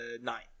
nine